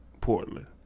Portland